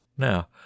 Now